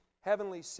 heavenly